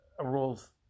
rules